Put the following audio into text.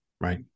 Right